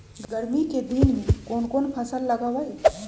गर्मी के दिन में कौन कौन फसल लगबई?